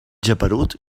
geperut